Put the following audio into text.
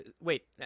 Wait